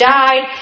died